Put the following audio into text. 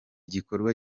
gikorwa